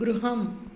गृहम्